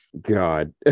God